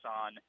on